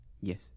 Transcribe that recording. Yes